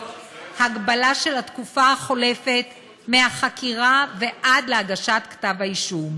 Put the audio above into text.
הגבלה של התקופה החולפת מהחקירה עד להגשת כתב האישום,